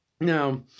Now